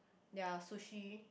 their sushi